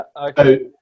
okay